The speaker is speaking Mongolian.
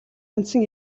үндсэн